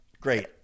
Great